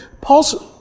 Paul's